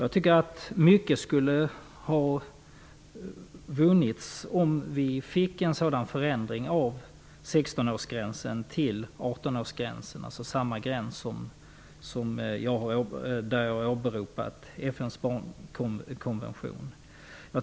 Det skulle vara mycket vunnet om gränsen 16 år ändrades till 18 år, dvs. att vi fick samma gräns som i FN:s barnkonvention.